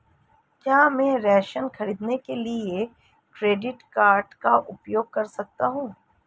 क्या मैं राशन खरीदने के लिए क्रेडिट कार्ड का उपयोग कर सकता हूँ?